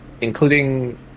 including